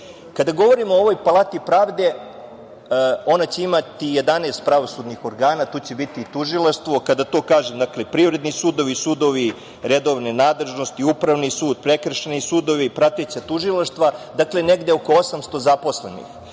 govorim o ovoj Palati pravde, ona će imati 11 pravosudnih organa, tu će biti i tužilaštvo. Kada to kažem, dakle privredni sudovi, sudovi redovne nadležnosti, upravni sud, prekršajni sudovi, prateća tužilaštva, dakle negde oko 800 zaposlenih.